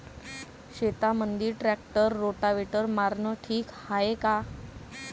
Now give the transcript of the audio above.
शेतामंदी tractor rotavator मारनं ठीक हाये का?